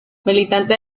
militante